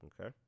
okay